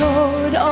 Lord